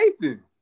Nathan